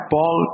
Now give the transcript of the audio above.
Paul